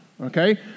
Okay